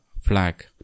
flag